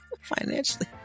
financially